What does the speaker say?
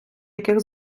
яких